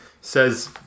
says